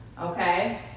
okay